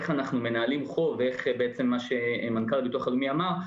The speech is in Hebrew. איך אנחנו מנהלים חוב ואיך בעצם מה שמנכ"ל הביטוח הלאומי אמר.